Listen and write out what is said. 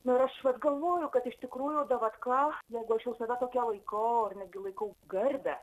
nu ir aš vat galvoju kad iš tikrųjų davatka jeigu aš jau save tokia laikau ar netgi laikau garbę